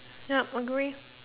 yup agree